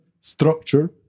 structure